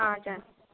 हजुर